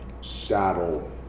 saddle